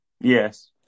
Yes